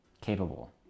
capable